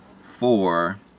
four